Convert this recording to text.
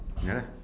ya lah